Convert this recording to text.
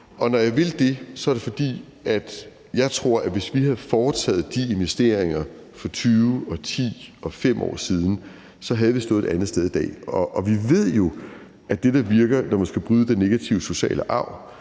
Når jeg vil det, er det, fordi jeg tror, at hvis vi havde foretaget de investeringer for 20 og 10 og 5 år siden, havde vi stået et andet sted i dag. Vi ved jo, at det, der virker, når man skal bryde den negative sociale arv,